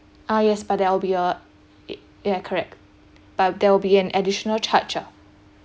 ah yes but there'll be a ya correct but there'll be an additional charge ah